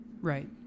right